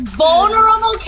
vulnerable